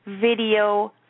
video